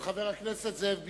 של חבר הכנסת זאב בילסקי,